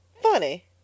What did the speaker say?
Funny